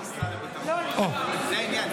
דיברתי עם משרד הביטחון, זה העניין.